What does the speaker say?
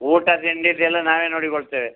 ಊಟ ತಿಂಡಿದೆಲ್ಲ ನಾವೇ ನೋಡಿಕೊಳ್ತೇವೆ